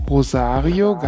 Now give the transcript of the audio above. Rosario